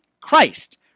Christ